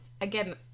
Again